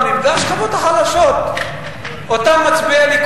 מה לעשות, אני בא מהמפלגה, שמה גדלתי.